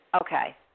Okay